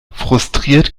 frustriert